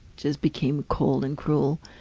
just became cold and cruel.